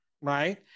right